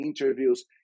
interviews